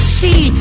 see